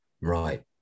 right